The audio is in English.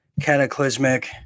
cataclysmic